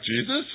Jesus